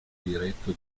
diretto